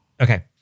Okay